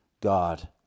god